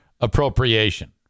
appropriation